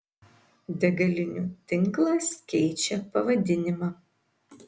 degalinių tinklas keičia pavadinimą